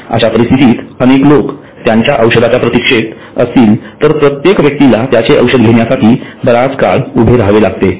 अशा परिस्थितीत अनेक लोक त्यांच्या औषधांच्या प्रतीक्षेत असतील तर प्रत्येक व्यक्तीला त्याचे औषध घेण्यासाठी बराच काळ उभे रहावे लागते